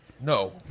No